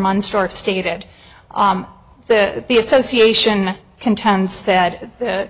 munster stated the the association contends that the